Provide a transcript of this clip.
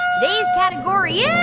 today's category is.